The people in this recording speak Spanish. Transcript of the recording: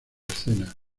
escena